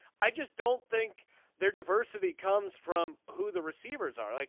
i just don't think their diversity comes from who the receivers are. like